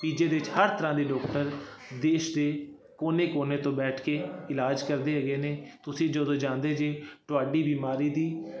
P G I ਦੇ ਵਿੱਚ ਹਰ ਤਰ੍ਹਾਂ ਦੇ ਡਾਕਟਰ ਦੇਸ਼ ਦੇ ਕੋਨੇ ਕੋਨੇ ਤੋਂ ਬੈਠ ਕੇ ਇਲਾਜ ਕਰਦੇ ਹੈਗੇ ਨੇ ਤੁਸੀਂ ਜਦੋਂ ਜਾਂਦੇ ਜੇ ਤੁਹਾਡੀ ਬਿਮਾਰੀ ਦੀ